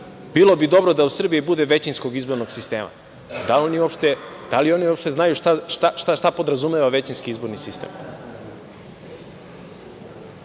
bilo bi dobro da u Srbiji bude većinskog izbornog sistema. Da li oni uopšte znaju šta podrazumeva većinski izborni sistem? Oni